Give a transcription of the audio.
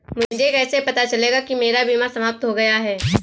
मुझे कैसे पता चलेगा कि मेरा बीमा समाप्त हो गया है?